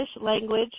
language